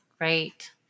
right